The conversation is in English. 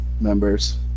members